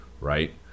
right